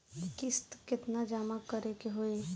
किस्त केतना जमा करे के होई?